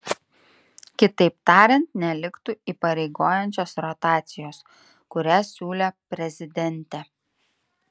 kitaip tariant neliktų įpareigojančios rotacijos kurią siūlė prezidentė